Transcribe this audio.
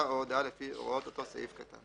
או הודעה לפי הוראות אותו סעיף קטן."